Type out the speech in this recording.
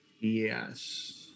Yes